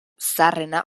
zaharrena